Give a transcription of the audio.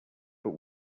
but